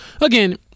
again